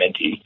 mentee